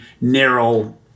narrow